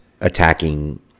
attacking